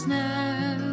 now